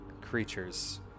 creatures